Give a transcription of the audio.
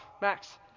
Max